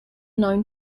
known